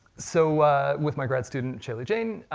so with my grad student, shailee jain,